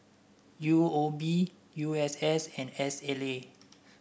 U O B U S S and S L A